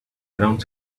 around